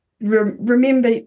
remember